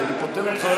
אני פוטר אותך.